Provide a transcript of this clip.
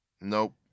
Nope